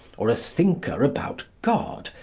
or a thinker about god,